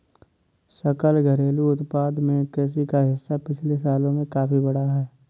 सकल घरेलू उत्पाद में कृषि का हिस्सा पिछले सालों में काफी बढ़ा है